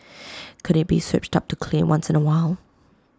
could IT be switched up to clay once in A while